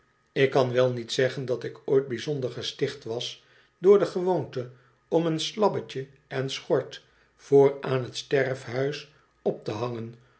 ik kan wel niet zeggen dat ik ooit bijzonder gesticht was door de gewoonte om een slabbetje en schort voor aan t sterfhuis op te hangen